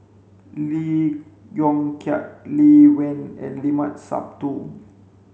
Lee Yong Kiat Lee Wen and Limat Sabtu